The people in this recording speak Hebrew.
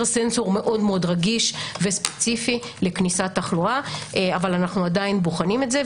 סנסור מאוד רגיש וספציפי לכניסת תחלואה אבל אנחנו עדיין בוחנים את זה,